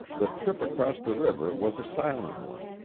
the trip across the river was a silent one,